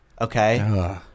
okay